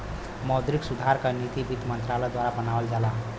मौद्रिक सुधार क नीति वित्त मंत्रालय द्वारा बनावल जाला